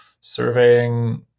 surveying